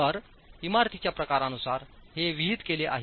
तर इमारतीच्या प्रकारानुसार हे विहित केलेले आहेत